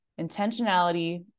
intentionality